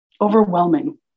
overwhelming